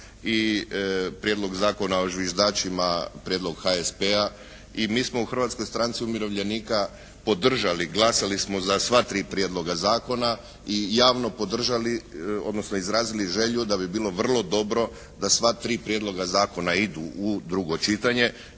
i Prijedlog Zakona o zviždačima, prijedlog HSP-a i mi smo u Hrvatskoj stranci umirovljenika podržali, glasali smo za sva tri prijedloga zakona i javno podržali, odnosno izrazili želju da bi bilo vrlo dobro da sva tri prijedloga zakona idu u drugo čitanje